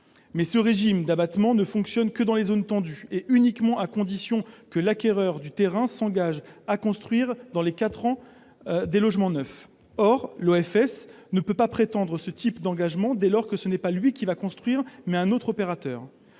ce régime d'abattement ne s'applique que dans les zones tendues, et uniquement à condition que l'acquéreur du terrain s'engage à construire dans les quatre ans des logements neufs. Or un OFS ne peut pas prendre un tel engagement, dès lors que c'est non pas lui qui va construire, mais un autre opérateur.